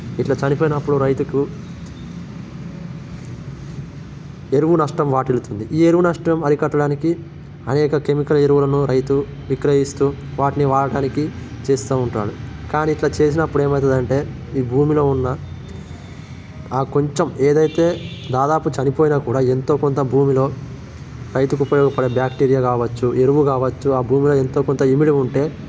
ఇట్లా చనిపోతున్నప్పుడు రైతుకు ఎరువు నష్టం వాటిల్లుతుంది ఈ ఎరువు నష్టం అరికట్టడానికి అనేక కెమికల్ ఎరువులను రైతు విక్రయిస్తూ వాటిని వాడటానికి చేస్తూ ఉంటాడు కానీ ఇట్లా చేసినప్పుడు ఏమైతుంది అంటే ఈ భూమిలో ఉన్న ఆ కొంచెం ఏదైతే దాదాపు చనిపోయిన కూడా ఎంతో కొంత భూమిలో రైతుకు ఉపయోగపడే బ్యాక్టీరియా కావచ్చు ఎరువు కావచ్చు ఆ భూమిలో ఎంతో కొంత ఇమిడి ఉంటే